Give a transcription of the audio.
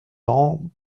jeanne